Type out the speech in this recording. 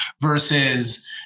versus